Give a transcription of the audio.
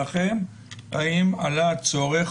שלום לכולם,